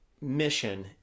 mission